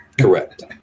Correct